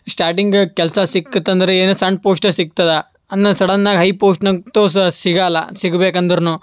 starting ಕೆಲಸ ಸಿಕ್ಕಿತಂದ್ರ್ ಏನು ಸಣ್ಣ ಪೋಸ್ಟೇ ಸಿಗ್ತದೆ ಅದು ನ ಸಡನ್ನಾಗಿ ಹೈ ಪೋಸ್ಟ್ ನಂಗೆ ತೋರಿಸೋ ಸಿಗೋಲ್ಲ ಸಿಗ್ಬೇಕಂದರೂ